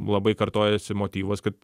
labai kartojasi motyvas kad